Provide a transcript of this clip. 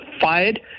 fired